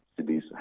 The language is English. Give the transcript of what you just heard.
cities